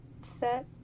set